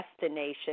destination